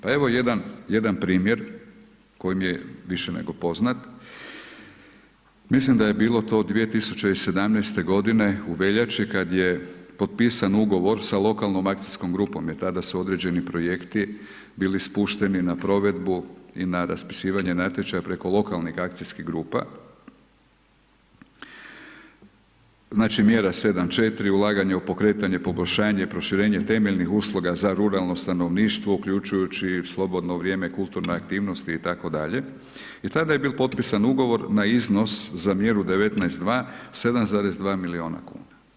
Pa evo jedan, jedan primjer koji je više nego poznat, mislim da je bilo to 2017. godine u veljači, kad je potpisan ugovor sa lokalnom akcijskom grupom, jer tada su određeni projekti bili spušteni na provedbu i na raspisivanje natječaja preko lokalnih akcijskih grupa, znači mjera 7.4 Ulaganje u pokretanje, poboljšanje i proširenje temeljnih usluga za ruralno stanovništvo uključujući i slobodno vrijeme, kulturne aktivnosti i tako dalje, i tada je bil potpisan ugovor na iznos, za mjeru 19.2, 7,2 milijuna kuna.